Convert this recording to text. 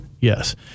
Yes